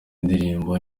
indirimbo